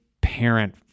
parent